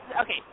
okay